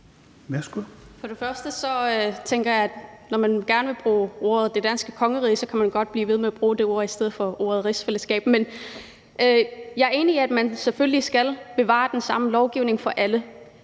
(SIU): Jeg tænker, at når man gerne vil bruge ordet det danske kongerige, kan man godt blive ved med at bruge det ord i stedet for ordet rigsfællesskab. Men jeg er enig i, at man selvfølgelig skal bevare den samme lovgivning for alle.